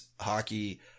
hockey